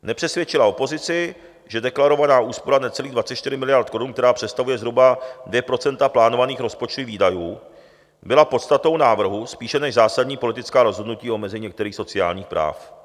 Nepřesvědčila opozici, že deklarovaná úspora necelých 24 miliard korun, která představuje zhruba 2 % plánovaných rozpočtových výdajů, byla podstatou návrhu spíše než zásadní politická rozhodnutí omezení některých sociálních práv.